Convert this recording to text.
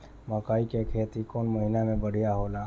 मकई के खेती कौन महीना में बढ़िया होला?